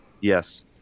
Yes